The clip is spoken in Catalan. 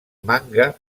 manga